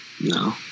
No